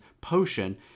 potion